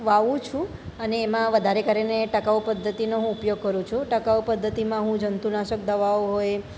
વાવું છું અને એમાં વધારે કરીને ટકાઉ પદ્ધતિનો હું ઉપયોગ કરું છું ટકાઉ પદ્ધતિમાં હું જંતુનાશક દવાઓ હોય